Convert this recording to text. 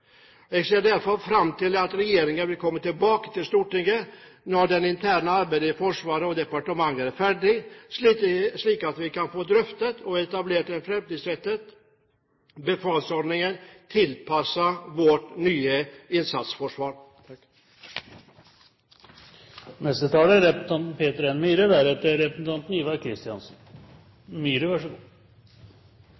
Jeg ser derfor fram til at regjeringen vil komme tilbake til Stortinget når det interne arbeidet i Forsvaret og departementet er ferdig, slik at vi kan få drøftet og etablert en fremtidsrettet befalsordning tilpasset vårt nye innsatsforsvar. Det er